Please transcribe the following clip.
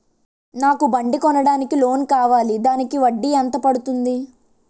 నాకు బండి కొనడానికి లోన్ కావాలిదానికి వడ్డీ ఎంత పడుతుంది?